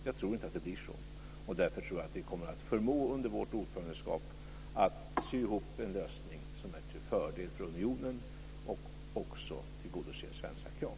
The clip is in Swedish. Jag tror inte att det blir så, och därför tror jag att vi under vårt ordförandeskap kommer att förmå att sy ihop en lösning som är till fördel för unionen och också tillgodoser svenska krav.